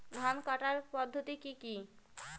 ধান কাটার পদ্ধতি কি কি?